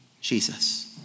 Jesus